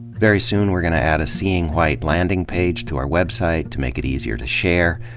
very soon we're going to add a seeing white landing page to our website, to make it easier to share.